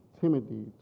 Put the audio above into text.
Timothy